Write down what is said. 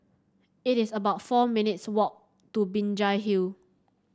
it is about four minutes' walk to Binjai Hill